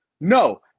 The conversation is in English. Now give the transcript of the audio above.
no